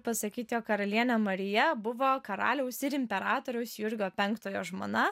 pasakyti jog karalienė marija buvo karaliaus ir imperatoriaus jurgio penktojo žmona